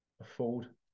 afford